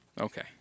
Okay